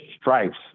stripes